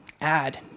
add